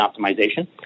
optimization